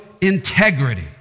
integrity